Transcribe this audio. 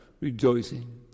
Rejoicing